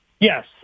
Yes